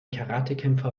karatekämpfer